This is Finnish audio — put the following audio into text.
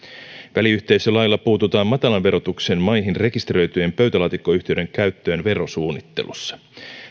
väliyhteisölailla puututaan matalan verotuksen maihin rekisteröityjen pöytälaatikkoyhtiöiden käyttöön verosuunnittelussa